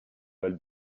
val